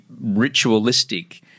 ritualistic